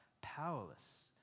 powerless